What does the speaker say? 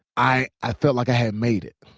i i felt like i had made it.